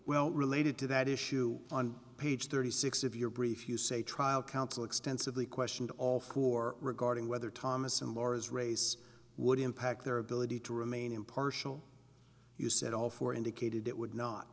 well related to that issue on page thirty six of your brief you say trial counsel extensively questioned all four regarding whether thomas and laura's race would impact their ability to remain impartial you said all four indicated it would not